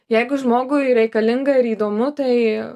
jeigu žmogui reikalinga ir įdomu tai